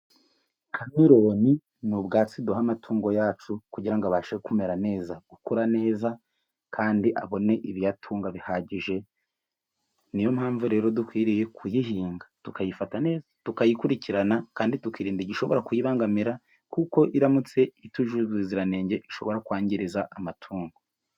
Kameroni ni ubwatsi duha amatungo yacu, kugira ngo abashe kumera neza, gukura neza kandi abone ibiyatunga bihagije, niyo mpamvu rero dukwiriye kuyihinga tukayifata tukayikurikirana kandi tukirinda, igishobora kuyibangamira kuko iramutse itujuje ubuziranenge ishobora kwangiza amatungo.